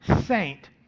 saint